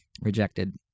rejected